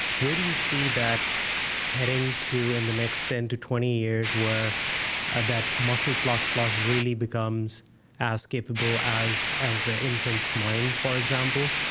where do you see that heading to in the next ten to twenty years where that muscle plus plus really becomes as capable as an ah infant's mind, for example?